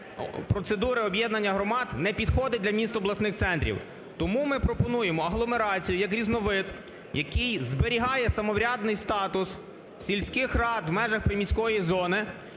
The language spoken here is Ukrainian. процедури об'єднання громад не підходить для міст – обласних центрів. Тому ми пропонуємо агломерацію як різновид, який зберігає самоврядний статус сільських рад в межах приміської зони,